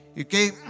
Okay